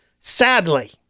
Sadly